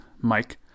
Mike